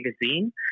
magazine